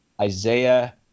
Isaiah